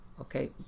okay